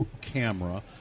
camera